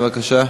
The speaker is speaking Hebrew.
בבקשה.